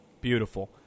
Beautiful